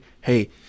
hey